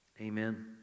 Amen